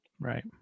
right